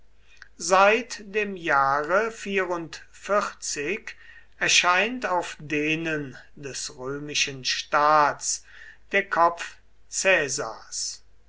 seit dem jahre erscheint auf denen des römischen staats der kopf